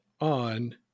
on